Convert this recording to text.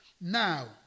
Now